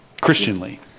Christianly